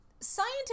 scientists